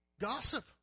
gossip